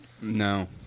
No